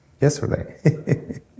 yesterday